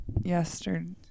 yesterday